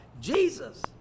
Jesus